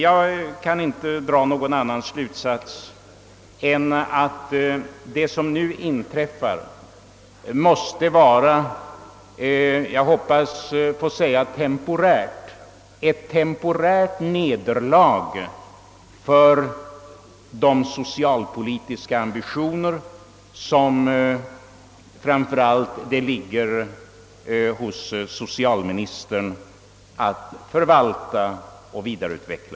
Jag kan inte dra någon annan slutsats än att vad som nu sker innebär ett — temporärt, hoppas jag — nederlag för de socialpolitiska ambitioner som framför allt socialministern skall förvalta och vidareutveckla.